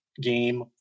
game